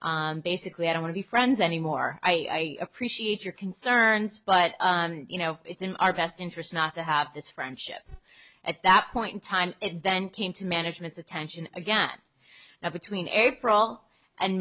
look basically i want to be friends anymore i appreciate your concerns but you know it's in our best interests not to have this friendship at that point in time then came to management's attention again now between april and